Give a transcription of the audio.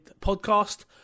Podcast